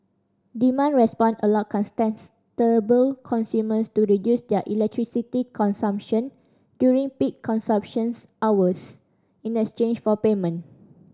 demand response allow contestable consumers to reduce their electricity consumption during peak consumptions hours in exchange for payment